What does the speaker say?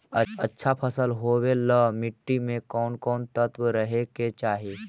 अच्छा फसल होबे ल मट्टी में कोन कोन तत्त्व रहे के चाही?